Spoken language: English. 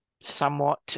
somewhat